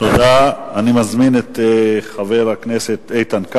הצעת חוק יחסי ממון בין בני-זוג (תיקון,